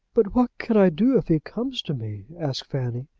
but what can i do if he comes to me? asked fanny,